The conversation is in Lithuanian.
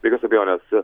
be jokios abejonės